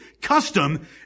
Custom